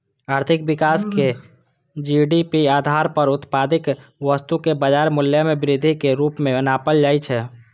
आर्थिक विकास कें जी.डी.पी आधार पर उत्पादित वस्तुक बाजार मूल्य मे वृद्धिक रूप मे नापल जाइ छै